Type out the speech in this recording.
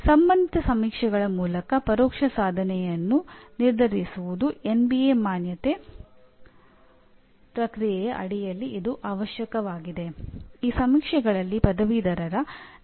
ಆದ್ದರಿಂದ ಮೊದಲ ವರ್ಷದ ಶಿಕ್ಷಣ ಚಟುವಟಿಕೆ ಸಂಸ್ಥೆಯ ಮಟ್ಟದ ಮಾನದಂಡವಾಗಿದೆ ಮತ್ತು ಎರಡೊ ಶ್ರೇಣಿಯವರು ತಲಾ 50 50 ಅಂಕಗಳನ್ನು ಹೊಂದಿದ್ದಾರೆ